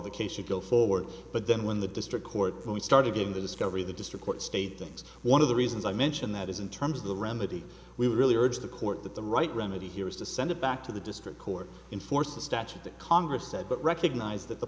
the case should go forward but then when the district court we started giving the discovery the district court state things one of the reasons i mention that is in terms of the remedy we really urge the court that the right remedy here is to send it back to the district court in force the statute that congress said but recognize that the